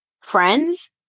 friends